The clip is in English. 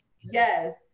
yes